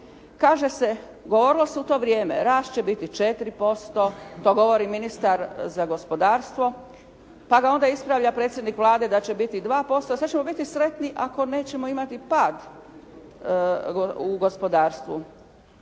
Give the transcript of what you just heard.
Kaže se govorilo se u to vrijeme, rast će biti 4%, to govori ministar za gospodarstvo, pa ga onda ispravlja predsjednik Vlade da će biti 2%. Sada ćemo biti sretni ako nećemo imati pad u gospodarstvu.